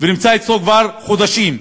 ונמצא אצלו כבר חודשים.